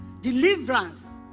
deliverance